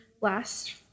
last